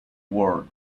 world